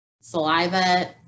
saliva